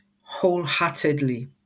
wholeheartedly